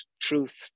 truth